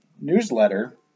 newsletter